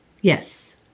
Yes